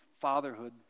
fatherhood